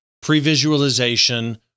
pre-visualization